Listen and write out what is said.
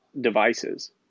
devices